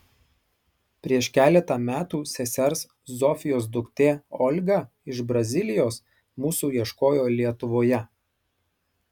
prieš keletą metų sesers zofijos duktė olga iš brazilijos mūsų ieškojo lietuvoje